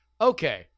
okay